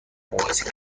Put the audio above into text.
مقایسه